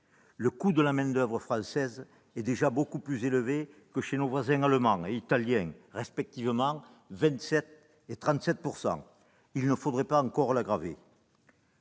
Le coût de la main-d'oeuvre française est déjà bien plus élevé que chez nos voisins allemands et italiens, à savoir respectivement de 27 % et 37 %. Il ne faudrait pas encore l'aggraver.